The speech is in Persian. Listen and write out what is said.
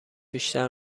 بیشتر